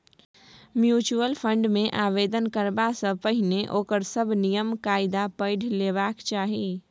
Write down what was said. mutual fund मे आवेदन करबा सँ पहिने ओकर सभ नियम कायदा पढ़ि लेबाक चाही